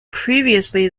previously